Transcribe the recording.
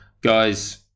Guys